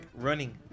running